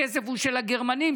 הכסף הוא של הגרמנים,